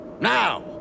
Now